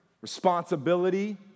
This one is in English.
responsibility